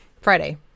Friday